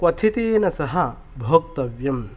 क्वथितेन सह भोक्तव्यं